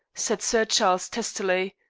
said sir charles testily.